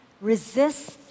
resist